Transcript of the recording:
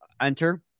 enter